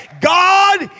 God